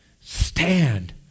stand